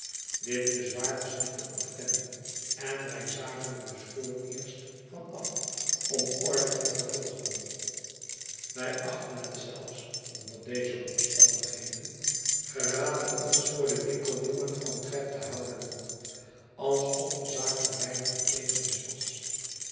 dit bezwaar was niet te ontkennen en wij zagen er dus vooreerst van atom orlicktevervolgen wij achtten het zelfs onder deze omstandigheden geraden ons voor den winkeljongen van trabb te houden alsof de zaak van weinig beteekenis was